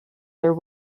their